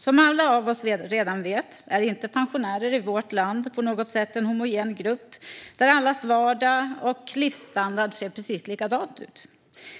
Som alla av oss redan vet är inte pensionärer i vårt land på något sätt en homogen grupp där allas vardag och levnadsstandard ser precis likadan ut.